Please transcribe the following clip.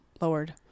lowered